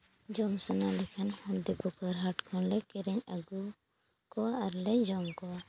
ᱡᱚᱢ ᱥᱟᱱᱟ ᱞᱮᱠᱷᱟᱱ ᱞᱮᱫᱟᱯᱟᱠᱩᱲ ᱦᱟᱴ ᱠᱷᱚᱱ ᱞᱮ ᱠᱤᱨᱤᱧ ᱟᱹᱜᱩ ᱠᱚᱣᱟ ᱟᱨᱞᱮ ᱡᱚᱢ ᱠᱚᱣᱟ